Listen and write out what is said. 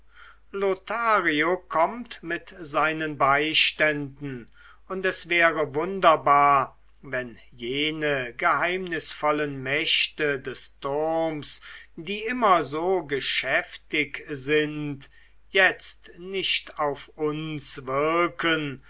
lothario kommt mit seinen beiständen und es wäre wunderbar wenn jene geheimnisvollen mächte des turms die immer so geschäftig sind jetzt nicht auf uns wirken